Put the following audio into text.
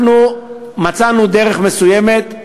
אנחנו מצאנו דרך מסוימת,